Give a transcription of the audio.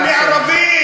אבל אני ערבי.